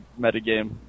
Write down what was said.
metagame